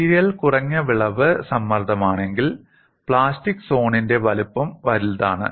material കുറഞ്ഞ വിളവ് സമ്മർദ്ദമാണെങ്കിൽ പ്ലാസ്റ്റിക് സോണിന്റെ വലുപ്പം വലുതാണ്